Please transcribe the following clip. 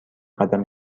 قدم